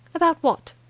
about what?